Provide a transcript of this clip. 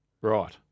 Right